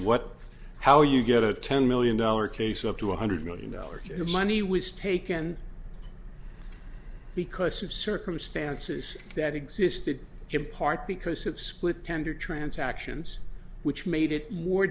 what how you get a ten million dollar case up to one hundred million dollars your money was taken because of circumstances that existed in part because it split tender transactions which made it more